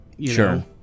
Sure